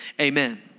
Amen